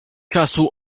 czasu